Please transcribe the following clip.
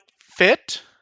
fit